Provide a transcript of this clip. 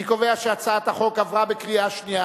אני קובע שהצעת החוק עברה בקריאה שנייה.